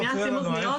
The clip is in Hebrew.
אני שנייה אשים אוזניות.